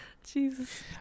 jesus